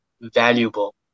valuable